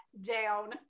down